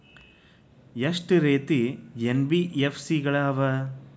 ಎಷ್ಟ ರೇತಿ ಎನ್.ಬಿ.ಎಫ್.ಸಿ ಗಳ ಅವ?